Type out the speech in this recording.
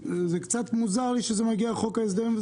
קצת מוזר לי שזה מגיע בחוק ההסדרים.